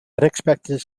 unexpected